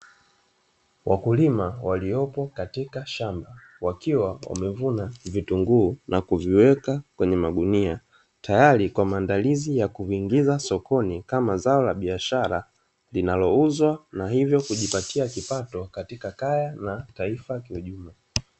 Wakulima waliopo katika shamba wakiwa wamevuna vitunguu na kuviweka kwenye magunia, tayari kwa maandalizi ya kuviingiza sokoni kama zao la biashara linalouzwa, na hivyo kujipatia kipato katika kaya na taifa kwa ujumla.